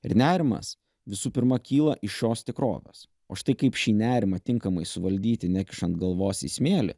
ir nerimas visų pirma kyla iš šios tikrovės o štai kaip šį nerimą tinkamai suvaldyti nekišant galvos į smėlį